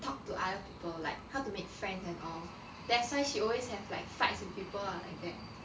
talk to other people like how to make friends and all that's why she always have like fights with people ah like that